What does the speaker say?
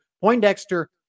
Poindexter